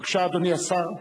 בבקשה, אדוני השר.